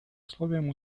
условием